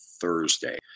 Thursday